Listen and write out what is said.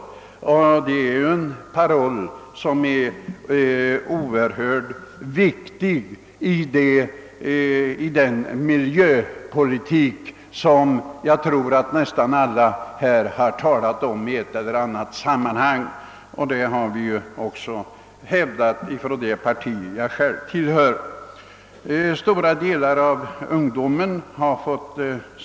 Denna inställning är oerhört viktig då det gäller den miljöpolitik som jag tror att nästan alla här talat om i ett eller annat sammanhang, och det parti jag själv tillhör har också hävdat detta.